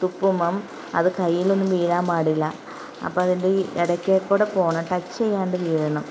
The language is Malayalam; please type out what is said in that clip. തുപ്പുമ്പം അത് കയ്യിലൊന്നും വീഴാൻ പാടില്ല അപ്പം അതിൻ്റെ ഇടക്ക് കൂടെ പോകണം ടച്ച് ചെയ്യാണ്ട് വീഴണം